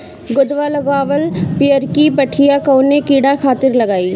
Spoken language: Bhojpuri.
गोदवा लगवाल पियरकि पठिया कवने कीड़ा खातिर लगाई?